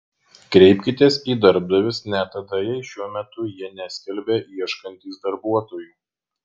kreipkitės į darbdavius net tada jei šiuo metu jie neskelbia ieškantys darbuotojų